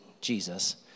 Jesus